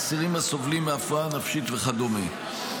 אסירים הסובלים מהפרעה נפשית וכדומה.